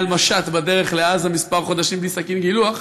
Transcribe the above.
על משט בדרך לעזה כמה חודשים בלי סכין גילוח,